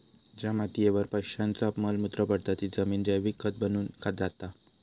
ज्या मातीयेवर पक्ष्यांचा मल मूत्र पडता ती जमिन जैविक खत बनून जाता